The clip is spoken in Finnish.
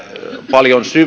paljon